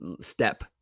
step